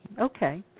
Okay